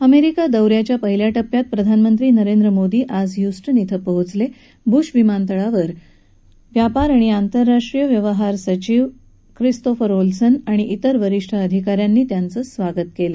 America दौ याच्या पहिल्या टप्प्यात प्रधानमंत्री नरेंद्र मोदी आज द्यूस्टन इथं पोहोचल प्रुश विमानतळावर व्यापार आणि आंतरराष्ट्रीय व्यवहार सचिव खिस्तोफर ओल्सन आणि धिर वरीष्ठ अधिका यांनी त्यांचं स्वागत केलं